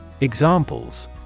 Examples